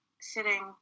sitting